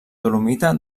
dolomita